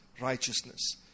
righteousness